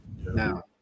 now